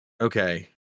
Okay